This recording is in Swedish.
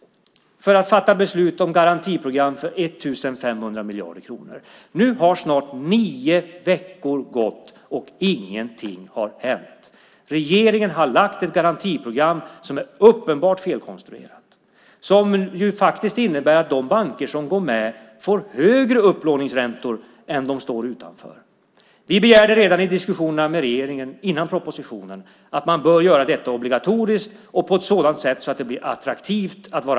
Regeringen har lagt fram ett garantiprogram som är uppenbart felkonstruerat. Det innebär att om banker går med får de högre upplåningsräntor än om de står utanför.